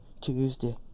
Tuesday